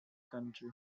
country